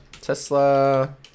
Tesla